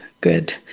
good